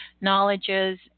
knowledges